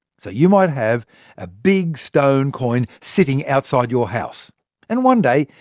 so you might have a big stone coin sitting outside your house and one day,